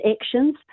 actions